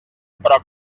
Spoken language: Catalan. però